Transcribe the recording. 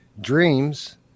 Dreams